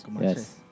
Yes